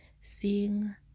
seeing